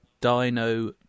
Dino